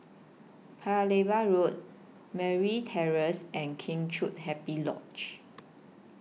Paya Lebar Road Merryn Terrace and Kheng Chiu Happy Lodge